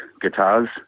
guitars